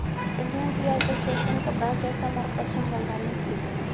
Indian tea association का branch Assam और पश्चिम बंगाल में स्थित है